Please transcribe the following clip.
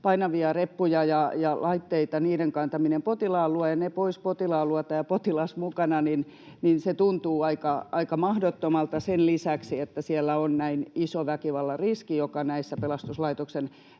painavien reppujen ja laitteiden kantaminen potilaan luo ja pois potilaan luota ja potilaan mukana tuntuu aika mahdottomalta sen lisäksi, että siellä on näin iso väkivallan riski, mikä näissä pelastuslaitoksen